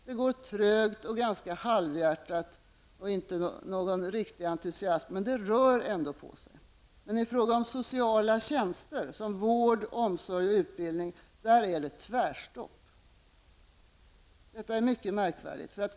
Det går visserligen trögt och ganska halvhjärtat och det är inte någon riktig entusiasm, men det rör sig ändå. Men i fråga om sociala tjänster såsom vård, omsorg och utbildning, är det tvärtstopp. Detta är mycket märkvärdigt.